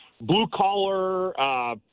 Blue-collar